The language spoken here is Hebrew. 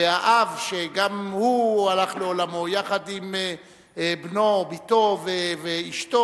והאב, שגם הוא הלך לעולמו, יחד עם בנו, בתו ואשתו,